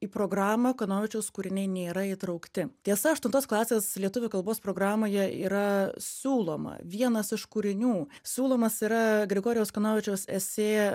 į programą kanovičiaus kūriniai nėra įtraukti tiesa aštuntos klasės lietuvių kalbos programoje yra siūloma vienas iš kūrinių siūlomas yra grigorijaus kanovičiaus esė